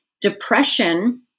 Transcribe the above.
depression